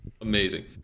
Amazing